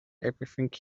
everything